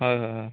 ହଁ ହଁ ହଁ